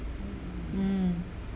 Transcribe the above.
mm